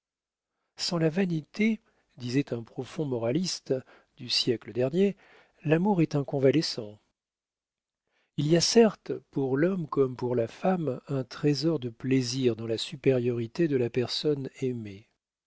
sans la vanité disait un profond moraliste du siècle dernier l'amour est un convalescent il y a certes pour l'homme comme pour la femme un trésor de plaisirs dans la supériorité de la personne aimée